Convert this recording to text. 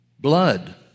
Blood